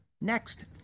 Next